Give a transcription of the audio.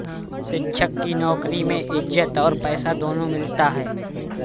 शिक्षक की नौकरी में इज्जत और पैसा दोनों मिलता है